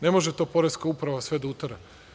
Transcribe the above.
Ne može to Poreska uprava sve da utera.